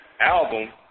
album